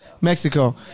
Mexico